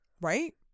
Right